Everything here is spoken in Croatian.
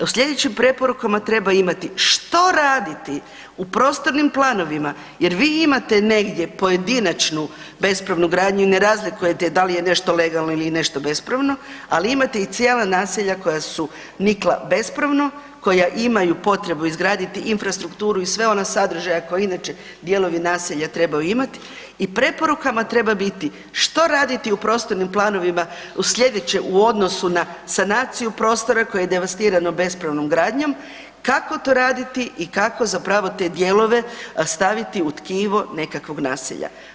U slijedećim preporukama treba imati što raditi u prostornim planovima jer vi imate negdje pojedinačnu bespravnu gradnju i ne razlikujete da li je nešto legalno ili je nešto bespravno, ali imate i cijela naselja koja su nikla bespravno, koja imaju potrebu izgraditi infrastrukturu i sve one sadržaje koja inače dijelovi naselja trebaju imati i preporukama treba biti što raditi u prostornim planovima u slijedeće u odnosu na sanaciju prostora koji je devastirano bespravnom gradnjom, kako to raditi i kako zapravo te dijelove staviti u tkivo nekakvog naselja.